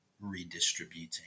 redistributing